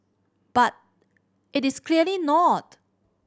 but it is clearly not